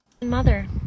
Mother